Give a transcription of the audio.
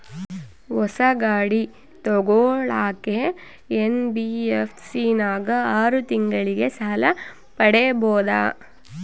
ಹೊಸ ಗಾಡಿ ತೋಗೊಳಕ್ಕೆ ಎನ್.ಬಿ.ಎಫ್.ಸಿ ನಾಗ ಆರು ತಿಂಗಳಿಗೆ ಸಾಲ ಪಡೇಬೋದ?